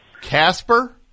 Casper